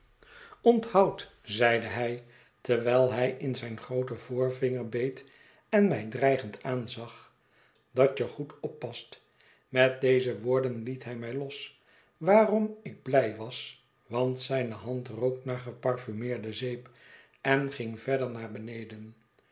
onthoud zeide hij terwijl hij in zijn grooten voorvinger beet en mij dreigend aanzag dat je goed oppast met deze woorden liet hij mij los waarom ik blij was want zijne hand rook naar geparfumeerde zeep en ging verder naar beneden